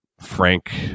Frank